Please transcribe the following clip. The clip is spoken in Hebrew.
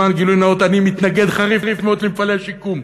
למען גילוי נאות: אני מתנגד חריף למפעלי שיקום,